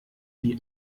die